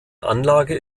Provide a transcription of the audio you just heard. anlage